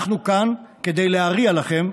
אנחנו כאן כדי להריע לכם,